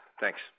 Thanks